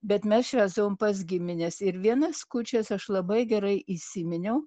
bet mes švęsdavom pas gimines ir vienas kūčias aš labai gerai įsiminiau